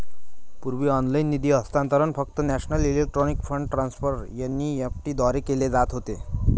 पूर्वी ऑनलाइन निधी हस्तांतरण फक्त national electronic fund transfer NEFT द्वारे केले जात होते